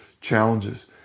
challenges